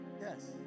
Yes